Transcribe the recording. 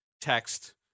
text